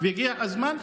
הגיע הזמן,